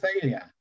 failure